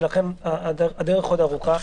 ולכן הדרך עוד ארוכה.